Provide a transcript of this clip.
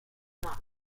not